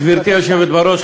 גברתי היושבת-ראש,